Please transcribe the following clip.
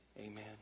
Amen